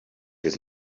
his